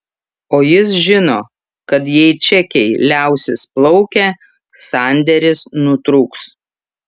o jis žino kad jei čekiai liausis plaukę sandėris nutrūks